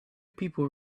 people